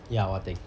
ya what thing